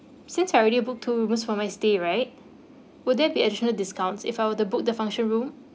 since I already booked two rooms for my stay right would there be additional discounts if I were to book the function room